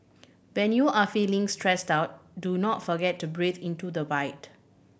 when you are feeling stressed out do not forget to breathe into the void